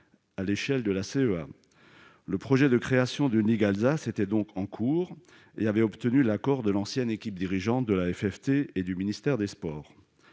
à l'échelle de la CEA. Le projet de création d'une ligue Alsace était donc en cours et avait obtenu l'accord de l'ancienne équipe dirigeante de la FFT et du ministère chargé des sports.